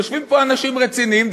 יושבים פה אנשים רציניים,